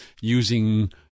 using